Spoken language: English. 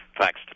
Thanks